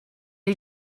you